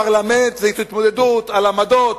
פרלמנט זה התמודדות על עמדות,